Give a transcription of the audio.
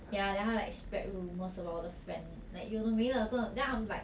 ya then 她 like spread rumors about 我的 friend like 有的没的真的 then I'm like